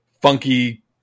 funky